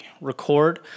record